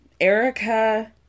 Erica